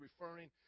referring